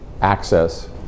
access